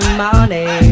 money